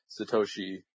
Satoshi